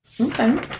okay